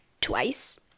twice